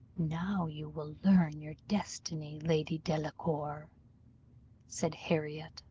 now you will learn your destiny, lady delacour said harriot,